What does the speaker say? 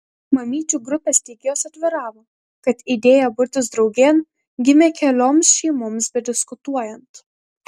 mamyčių grupės steigėjos atviravo kad idėja burtis draugėn gimė kelioms šeimoms bediskutuojant